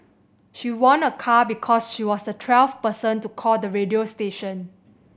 she won a car because she was the twelfth person to call the radio station